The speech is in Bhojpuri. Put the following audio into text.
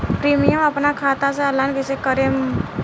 प्रीमियम अपना खाता से ऑनलाइन कईसे भरेम?